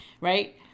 right